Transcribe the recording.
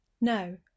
No